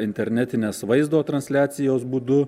internetinės vaizdo transliacijos būdu